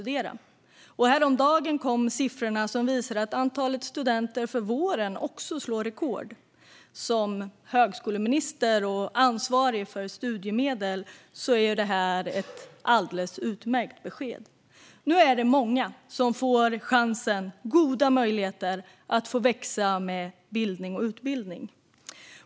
Häromdagen kom siffrorna som visar att antalet studenter för våren också är rekordmånga. För mig som högskoleminister och ansvarig för studiemedel är det ett utmärkt besked. Nu får många chansen att växa med bildning och utbildning.